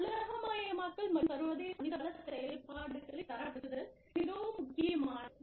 உலகமயமாக்கல் மற்றும் சர்வதேச மனித வள செயல்பாடுகளைத் தரப்படுத்தல் இது மிகவும் முக்கியமானது